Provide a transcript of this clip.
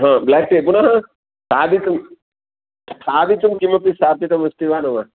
हा black tea पुनः खादितुं खादितुं किमपि स्थापितमस्ति वा न वा